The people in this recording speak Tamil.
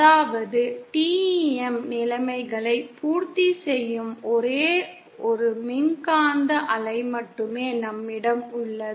அதாவது TEM நிலைமைகளை பூர்த்தி செய்யும் ஒரே ஒரு மின்காந்த அலை மட்டுமே நம்மிடம் உள்ளது